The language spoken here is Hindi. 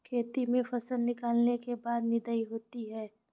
खेती में फसल निकलने के बाद निदाई होती हैं?